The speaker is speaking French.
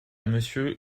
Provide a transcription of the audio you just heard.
monsieur